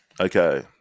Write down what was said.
Okay